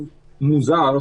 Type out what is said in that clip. יש הבדל בין האישור של ההכרזה,